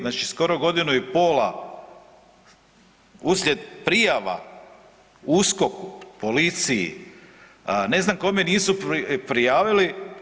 Znači skoro godinu i pola uslijed prijava USKOK-u, policiji, ne znam kome nisu prijavili.